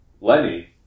Lenny